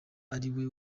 ariwe